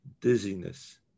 dizziness